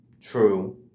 True